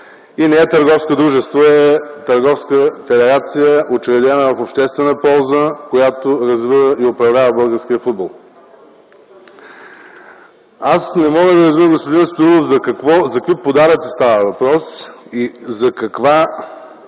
И не е търговско дружество, а е търговска федерация, учредена в обществена полза, която развива и управлява българския футбол. Аз не мога да разбера, господин Стоилов, за какви подаръци става въпрос, за какво